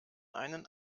einen